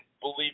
believe